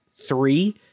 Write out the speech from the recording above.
three